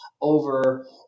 over